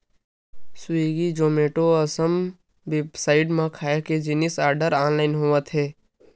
Swiggy, Zomato असन website म खाए के जिनिस के आरडर ऑनलाइन होवत हे